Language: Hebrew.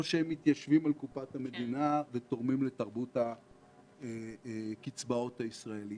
או שהם מתיישבים על קופת המדינה ותורמים לתרבות הקצבאות הישראלית.